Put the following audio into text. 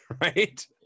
Right